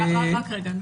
שוליים,